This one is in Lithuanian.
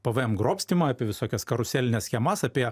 pvm grobstymą apie visokias karuselines schemas apie